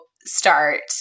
start